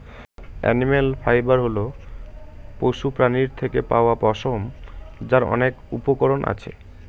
animal fibre হল পশুপ্রাণীর থেকে পাওয়া পশম, যার অনেক উপকরণ আছে